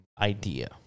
idea